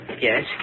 Yes